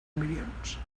milions